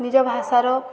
ନିଜ ଭାଷାର